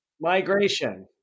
migration